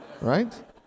right